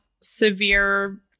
severe